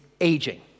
aging